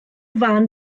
fân